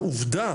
העובדה